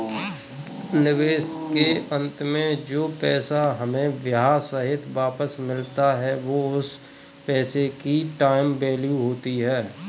निवेश के अंत में जो पैसा हमें ब्याह सहित वापस मिलता है वो उस पैसे की टाइम वैल्यू होती है